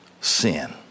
sin